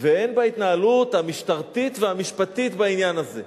והן בהתנהלות המשטרתית והמשפטית בעניין הזה.